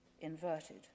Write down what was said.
inverted